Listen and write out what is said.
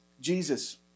Jesus